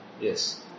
yes